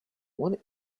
what